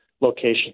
location